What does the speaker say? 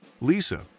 Lisa